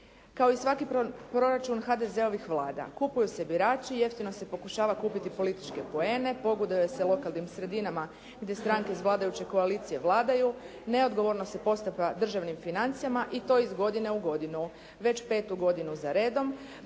Kao i svaki proračun HDZ-ovih Vlada, kupuju se birači, jeftino se pokušava kupiti političke poene, pogoduje se lokalnim sredinama gdje stranke iz vladajuće koalicije vladaju, neodgovorno se postupa državnim financijama i to iz godine u godinu, već 5. godinu za redom,